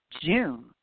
June